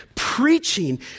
Preaching